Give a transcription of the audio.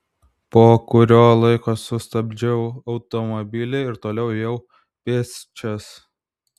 po kurio laiko sustabdžiau automobilį ir toliau ėjau pėsčias